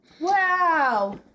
Wow